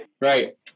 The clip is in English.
Right